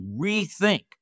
rethink